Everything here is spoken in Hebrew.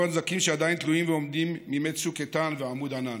הנזקים שעדיין תלויים ועומדים מימי צוק איתן ועמוד ענן.